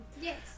Yes